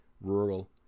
rural